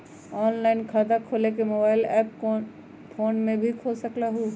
Online खाता खोले के मोबाइल ऐप फोन में भी खोल सकलहु ह?